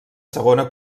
segona